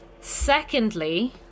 secondly